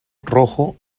rojo